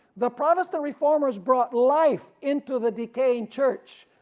the protestant reformers brought life into the decaying church,